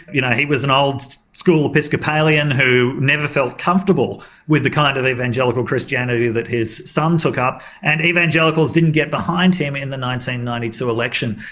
you know he was an old school episcopalian who never felt comfortable with the kind of evangelical christianity that his son took up and evangelicals didn't get behind him in the one ninety two election.